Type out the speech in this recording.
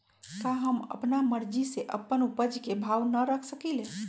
का हम अपना मर्जी से अपना उपज के भाव न रख सकींले?